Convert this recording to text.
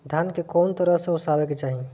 धान के कउन तरह से ओसावे के चाही?